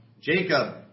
Jacob